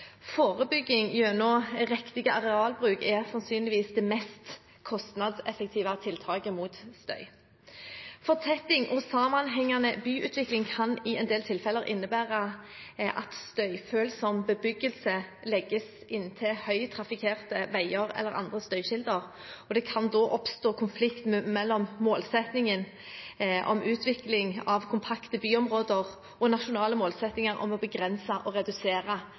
Forebygging gjennom riktig arealbruk er sannsynligvis det mest kostnadseffektive tiltaket mot støy. Fortetting og sammenhengende byutvikling kan i en del tilfeller innebære at støyfølsom bebyggelse legges inntil høytrafikkerte veier eller andre støykilder. Det kan da oppstå konflikt mellom målsettingen om utvikling av kompakte byområder og nasjonale målsettinger om å begrense og redusere